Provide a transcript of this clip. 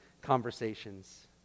conversations